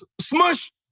Smush